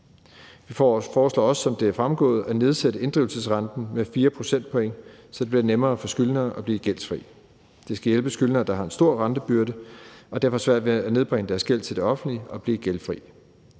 Vi foreslår også, som det er fremgået, at nedsætte inddrivelsesrenten med 4 procentpoint, så det bliver nemmere for skyldnere at blive gældfri. Det skal hjælpe skyldnere, der har en stor rentebyrde og derfor svært ved at nedbringe deres gæld til det offentlige og blive gældfri.